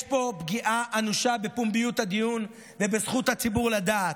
יש פה פגיעה אנושה בפומביות הדיון ובזכות הציבור לדעת.